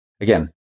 Again